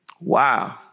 Wow